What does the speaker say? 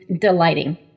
delighting